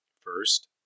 First